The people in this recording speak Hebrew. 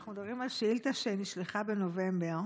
אנחנו מדברים על שאילתה שנשלחה בנובמבר.